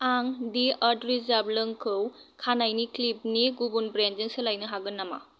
आं the earth reserve लौंखौ खानायनि क्लिपनि गुबुन ब्रेन्डजों सोलायनो हागोन नामा